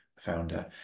founder